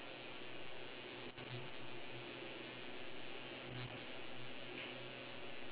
K and then how do you think your favourite topic will change over the next ten years